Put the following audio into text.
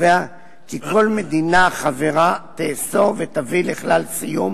קובע כי כל מדינה חברה תאסור ותביא לכלל סיום,